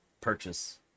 purchase